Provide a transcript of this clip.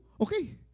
Okay